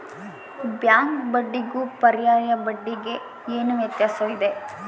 Bank ಬಡ್ಡಿಗೂ ಪರ್ಯಾಯ ಬಡ್ಡಿಗೆ ಏನು ವ್ಯತ್ಯಾಸವಿದೆ?